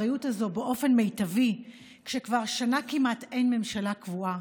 באופן מיטבי כשכבר שנה כמעט אין ממשלה קבועה,